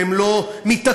והם לא מתעקשים,